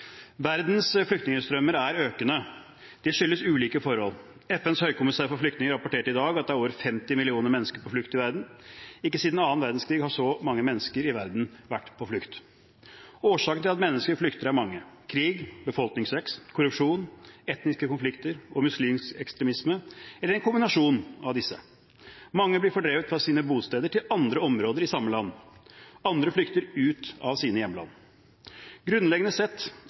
Verdens flyktningstrømmer er økende. Det skyldes ulike forhold. FNs høykommissær for flyktninger rapporterte i dag at det er over 50 millioner mennesker på flukt i verden. Ikke siden annen verdenskrig har så mange mennesker i verden vært på flukt. Årsakene til at mennesker flykter, er mange: krig, befolkningsvekst, korrupsjon, etniske konflikter og muslimsk ekstremisme eller en kombinasjon av disse. Mange blir fordrevet fra sine bosteder til andre områder i samme land. Andre flykter ut av sine hjemland. Grunnleggende sett